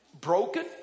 Broken